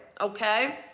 okay